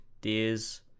Deers